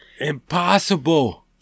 Impossible